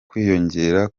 kwiyongera